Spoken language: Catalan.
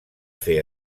fer